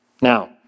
Now